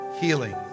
healing